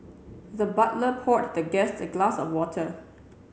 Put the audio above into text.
the butler poured the guest a glass of water